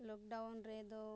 ᱞᱚᱠ down ᱨᱮᱫᱚ